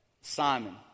Simon